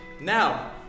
now